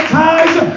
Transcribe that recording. ties